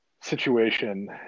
situation